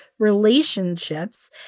relationships